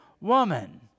woman